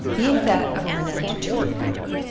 being that of a renowned tulip-grower,